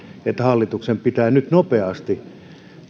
että hallituksen pitää nyt nopeasti